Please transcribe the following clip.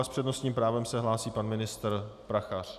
S přednostním právem se hlásí pan ministr Prachař.